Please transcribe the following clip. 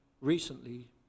recently